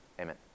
Amen